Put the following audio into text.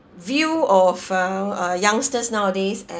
view of uh uh youngsters nowadays and